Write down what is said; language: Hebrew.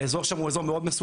האזור שם הוא מאוד מסוכן,